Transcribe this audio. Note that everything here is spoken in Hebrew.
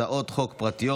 הצעות חוק פרטיות